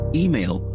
email